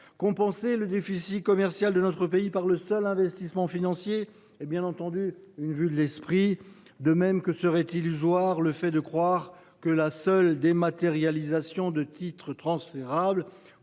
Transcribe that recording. Compenser le déficit commercial de notre pays par le seul investissement financier est bien entendu une vue de l’esprit. De même, il est illusoire de croire que la seule dématérialisation de titres transférables